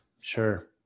Sure